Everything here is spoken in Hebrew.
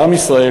לעם ישראל,